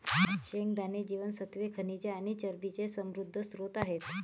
शेंगदाणे जीवनसत्त्वे, खनिजे आणि चरबीचे समृद्ध स्त्रोत आहेत